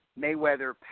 Mayweather